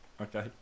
okay